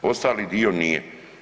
Ostali dio nije.